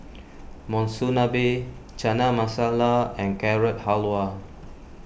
Monsunabe Chana Masala and Carrot Halwa